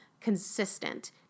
Consistent